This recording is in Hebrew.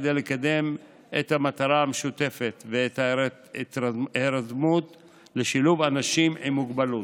כדי לקדם את המטרה המשותפת ואת ההירתמות לשילוב אנשים עם מוגבלות.